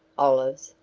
olives,